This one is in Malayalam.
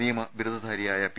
നിയമ ബിരുദധാരിയായ പി